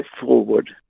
forward